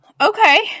Okay